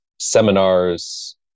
seminars